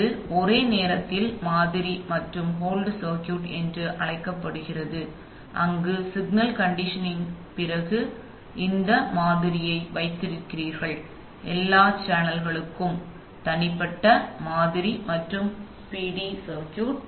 இது ஒரே நேரத்தில் மாதிரி மற்றும் ஹோல்ட் சர்க்யூட் என்று அழைக்கப்படுகிறது அங்கு சிக்னல் கண்டிஷனிங்கிற்குப் பிறகு இந்த மாதிரியை வைத்திருக்கிறீர்கள் எல்லா சேனல்களுக்கும் தனிப்பட்ட மாதிரி மற்றும் பிடி சர்க்யூட்